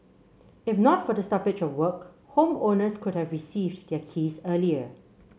if not for the stoppage of work homeowners could have received their keys earlier